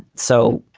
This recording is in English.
so.